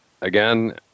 again